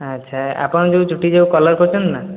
ଆଚ୍ଛା ଆପଣ ଯେଉଁ ଚୁଟି ଯେଉଁ କଲର କରିଛନ୍ତି ନା